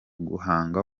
guhanga